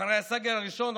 אחרי הסגר הראשון,